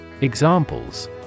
Examples